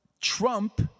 Trump